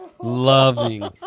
loving